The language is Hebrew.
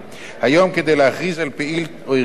כדי להכריז על פעיל או ארגון טרור זר